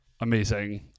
Amazing